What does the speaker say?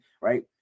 right